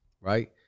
right